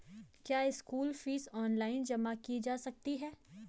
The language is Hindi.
क्या स्कूल फीस ऑनलाइन जमा की जा सकती है?